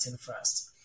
first